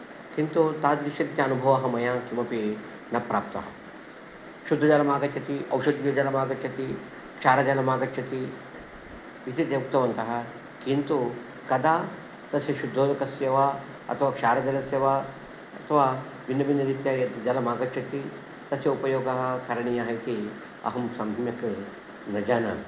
किन्तु तावद्विशिष्ट अनुभवः किमपि मया न प्राप्तः शुद्धजलम् आगच्छति औषधीयजलम् आगच्छति क्षारजलम् आगच्छति इति ते उक्तवन्तः किन्तु कदा तस्य शुद्धोदकस्य वा अथवा क्षारजलस्य वा अथवा भिन्नभिन्नरीत्या यज्जलम् आगच्छति तस्य उपयोगः करणीयः इति अहं सम्यक् न जानामि